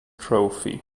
trophy